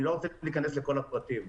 אני לא רוצה להיכנס לכל הפרטים.